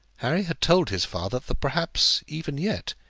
harry had told his father that perhaps, even yet,